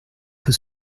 peu